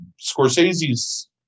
scorsese's